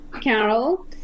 Carol